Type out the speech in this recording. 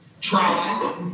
try